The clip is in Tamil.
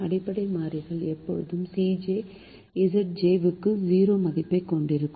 அடிப்படை மாறிகள் எப்போதும் Cj Zj க்கு 0 மதிப்பைக் கொண்டிருக்கும்